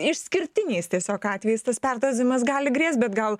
išskirtiniais tiesiog atvejais tas perdozavimas gali grėst bet gal